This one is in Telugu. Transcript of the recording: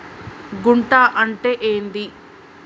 గుంట అంటే ఏంది?